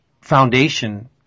foundation